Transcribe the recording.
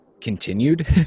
continued